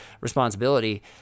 responsibility